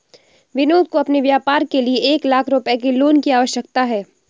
विनोद को अपने व्यापार के लिए एक लाख रूपए के लोन की आवश्यकता है